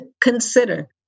consider